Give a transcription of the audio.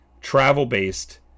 travel-based